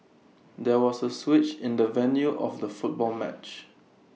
there was A switch in the venue of the football match